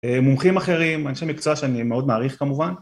מומחים אחרים, אנשי מקצוע שאני מאוד מעריך כמובן.